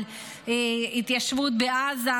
על התיישבות בעזה,